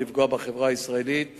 לפגוע בחברה הישראלית